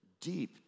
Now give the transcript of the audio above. deep